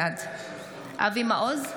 בעד אבי מעוז,